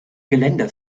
geländer